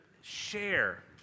share